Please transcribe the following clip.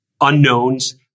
unknowns